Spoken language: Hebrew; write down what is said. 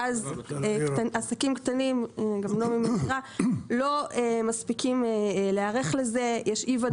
ואז עסקים קטנים לא מספיקים להיערך לכך; יש אי ודאות.